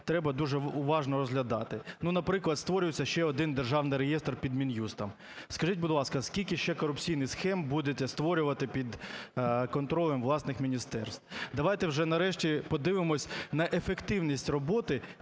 треба дуже уважно розглядати. Ну, наприклад, створюється ще один державний реєстр під Мін'юстом. Скажіть, будь ласка, скільки ще корупційних схем будете створювати під контролем власних міністерств? Давайте вже нарешті подивимось на ефективність роботи